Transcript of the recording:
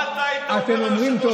מה אתה היית אומר,